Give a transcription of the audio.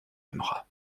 aimeras